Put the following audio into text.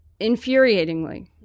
infuriatingly